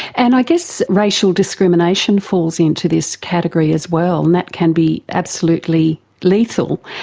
and i guess racial discrimination falls into this category as well, and that can be absolutely lethal.